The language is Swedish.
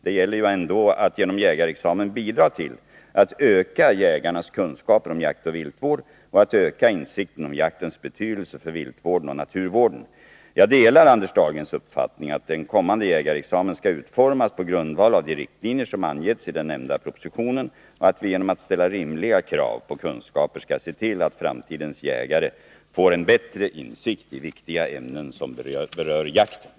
Det gäller ju ändå att genom jägarexamen bidra till att öka jägarnas kunskaper om jakt och viltvård och att öka insikten om jaktens betydelse för viltvården och naturvården. Jag delar Anders Dahlgrens uppfattning att den kommande jägarexamen skall utformas på grundval av de riktlinjer som angetts i den nämnda propositionen och att vi genom att ställa rimliga krav på kunskaper skall se till att framtidens jägare får en bättre insikt i viktiga ämnen som berör jakten.